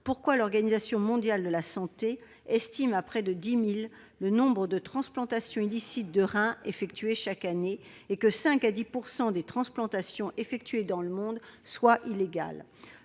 pourquoi l'Organisation mondiale de la santé (OMS) estime à près de 10 000 le nombre de transplantations illicites de rein réalisées chaque année, de 5 % à 10 % des transplantations effectuées dans le monde étant illégales.